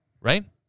right